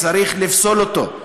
צריך לפסול אותו.